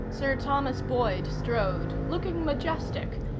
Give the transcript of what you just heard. sir thomas boyd strode, looking majestic,